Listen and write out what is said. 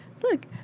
look